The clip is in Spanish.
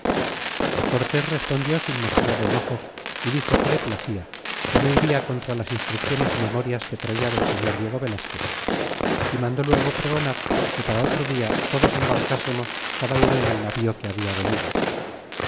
cortes respondió sin mostrar enojo y dixo que le placía que no iria contra las instrucciones y memorias que traía del señor diego velazquez y mandó luego pregonar que para otro dia todos nos embarcásemos cada uno en el navío que habla venido